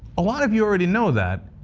a lot of you already know that.